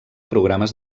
programes